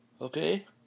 Okay